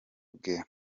bwe